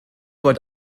fod